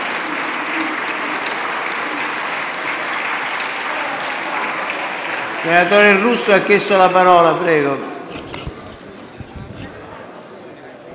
Grazie